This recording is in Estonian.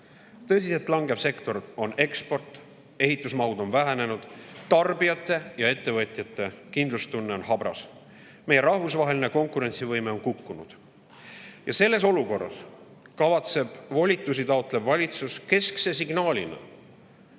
Tõsiselt langev sektor on eksport, ehitusmahud on vähenenud, tarbijate ja ettevõtjate kindlustunne on habras. Meie rahvusvaheline konkurentsivõime on kukkunud. Selles olukorras kavatseb volitusi taotlev valitsus keskse signaalina